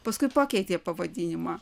paskui pakeitė pavadinimą